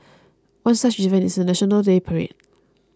one such event is the National Day parade